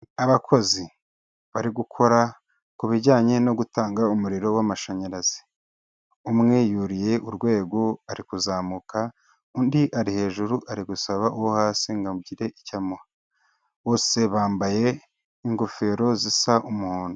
Abakozi bari gukora ku bijyanye no gutanga umuriro w'amashanyarazi, umwe yuriye urwego ari kuzamuka, undi ari hejuru ari gusaba uwo hasi ngo agire icyo amuha, bose bambaye ingofero zisa umuhondo.